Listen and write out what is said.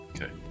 okay